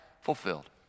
fulfilled